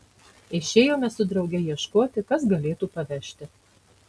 išėjome su drauge ieškoti kas galėtų pavežti